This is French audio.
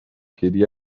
kelley